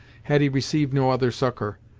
had he received no other succour,